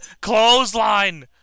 Clothesline